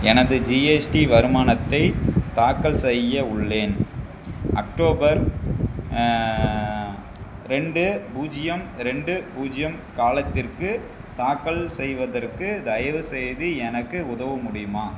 எனது ஜிஎஸ்டி வருமானத்தை தாக்கல் செய்ய உள்ளேன் அக்டோபர் ரெண்டு பூஜ்ஜியம் ரெண்டு பூஜ்ஜியம் காலத்திற்குத் தாக்கல் செய்வதற்கு தயவு செய்து எனக்கு உதவ முடியுமா